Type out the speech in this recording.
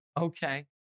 okay